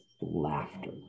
laughter